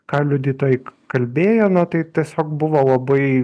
ką liudytojai kalbėjo na tai tiesiog buvo labai